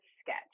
sketch